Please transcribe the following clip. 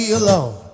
alone